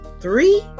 three